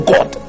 God